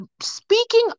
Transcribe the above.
speaking